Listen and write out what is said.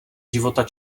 života